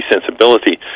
sensibility